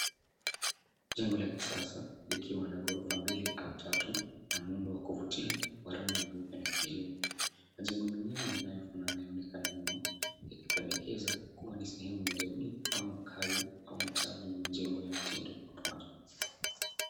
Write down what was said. Jengo la kisasa likiwa na ghorofa mbili au tatu ya muundo wa kuvutia wa rangi nyeupe na kijivu. Majengo mengine yanayofanana yaonekana nyuma ikipendekeza kuwa ni sehemu ya jengo au makazi au mtaa wenye majengo ya mtindo mmoja.